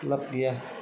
लाबगैया